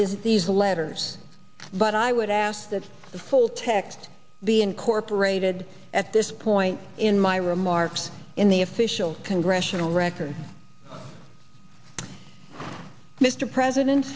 this these letters but i would ask that the full text be incorporated at this point in my remarks in the official congressional record mr president